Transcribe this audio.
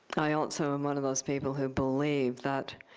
i also am one of those people who believe that